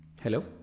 Hello